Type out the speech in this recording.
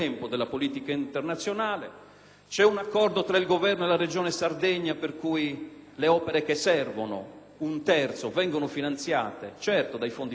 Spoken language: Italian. le opere che servono, un terzo, vengono finanziate, è vero, dai fondi FAS, ma quelli interregionali, perché è una questione che riguarda la politica di tutto il Paese.